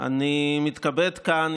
אני מתכבד כאן,